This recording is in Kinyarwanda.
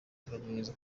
tugerageza